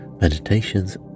meditations